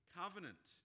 covenant